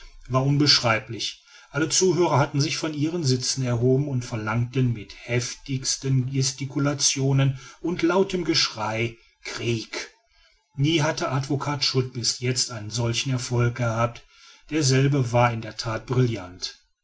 war unbeschreiblich alle zuhörer hatten sich von ihren sitzen erhoben und verlangten mit heftigen gesticulationen und lautem geschrei krieg nie hatte advocat schut bis jetzt einen solchen erfolg gehabt derselbe war in der that brillant